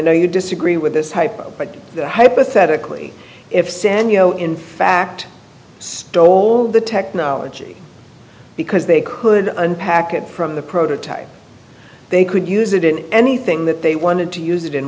know you disagree with this hypo but hypothetically if stan you know in fact stole the technology because they could unpack it from the prototype they could use it in anything that they wanted to use it in